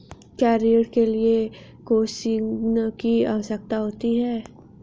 क्या ऋण के लिए कोसिग्नर की आवश्यकता होती है?